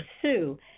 pursue